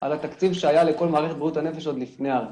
על התקציב שהיה לכל מערכת בריאות הנפש עוד לפני הרפורמה.